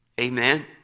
Amen